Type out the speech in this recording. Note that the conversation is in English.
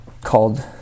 called